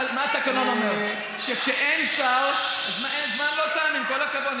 לא, ברגע שאין שר, אדוני היושב-ראש, יש כלל ברור.